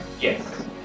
Yes